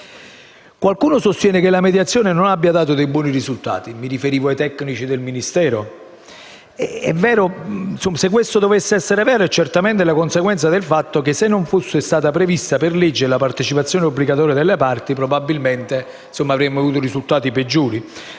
Qualcuno sostiene che la mediazione non abbia dato buoni risultati, mi riferisco ai tecnici del Ministero: se questo dovesse essere vero, è certamente conseguenza del fatto che se non fosse stata prevista per legge la partecipazione obbligatoria delle parti probabilmente avremmo avuto risultati peggiori.